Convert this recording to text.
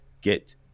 get